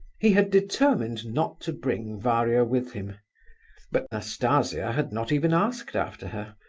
he had determined not to bring varia with him but nastasia had not even asked after her,